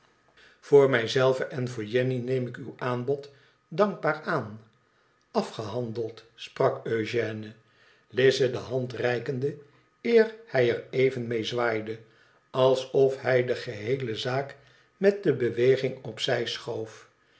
voor mij zelve en voor jenny neem ik uw aanbod dankbaar aan afgehandeld sprak eugène lize de hand reikende eer hij er even mee zwaaide alsof hij de geheele zaak met die beweging op zij schoof